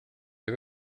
gör